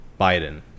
Biden